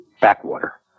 backwater